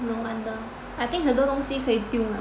no wonder I think 很多东西可以丢